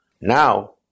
now